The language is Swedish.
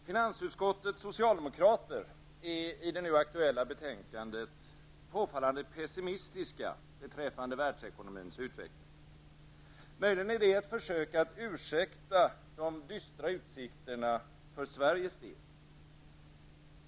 Herr talman! Finansutskottets socialdemokrater är i det nu aktuella betänkandet påfallande pessimistiska beträffande världsekonomins utveckling. Möjligen är det ett försök att ursäkta de dystra utsikterna för Sveriges del.